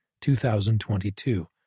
2022